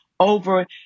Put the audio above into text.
over